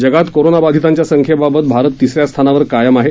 जगात कोरोनाबाधितांच्या संख्येबाबत भारत तिसऱ्या स्थानावर कायम आहे